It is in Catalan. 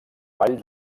vall